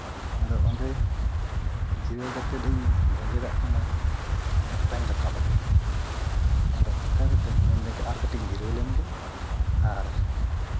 ᱟᱫᱚ ᱚᱸᱰᱮ ᱡᱤᱨᱟᱹᱣ ᱠᱟᱛᱮᱫ ᱤᱧ ᱵᱮᱸᱜᱮᱫᱟᱜ ᱠᱟᱱᱟ ᱚᱱᱮᱠᱴᱟᱧ ᱨᱟᱠᱟᱵ ᱠᱟᱱᱟ ᱟᱫᱚ ᱚᱱᱠᱟ ᱠᱟᱛᱮᱫ ᱢᱮᱱᱫᱟᱹᱧ ᱟᱨ ᱠᱟᱹᱴᱤᱡ ᱤᱧ ᱡᱤᱨᱟᱹᱣ ᱞᱮᱱᱜᱮ ᱟᱨ